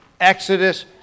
Exodus